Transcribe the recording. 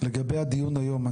לגבי הדיון היום,